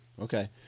Okay